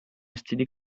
std